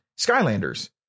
Skylanders